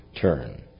turn